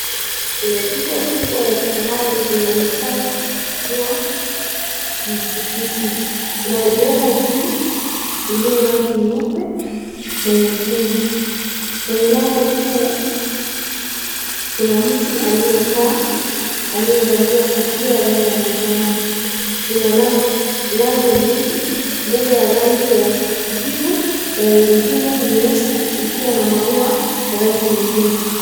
Kuna jumba kubwa la kifahari linaonekana kuwa msikiti. Kuna bendera juu iliyo rangi nyeupe na nyekundu. Kwenye lango kuu kuna mtu aliyekaa aliyevalia kofia ya rangi ya manjano. Kuna lango mbili. Moja ya rangi ya kijivu na nyingine ya nyeusi ikiwa na maua ya rangi nyekundu.